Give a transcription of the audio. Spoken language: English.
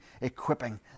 equipping